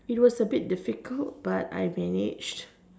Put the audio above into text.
it was a bit difficult but I manage